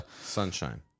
sunshine